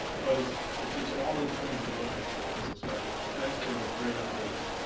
but it's it's just all those things that really make this place so special, so thanks for those great updates.